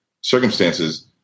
circumstances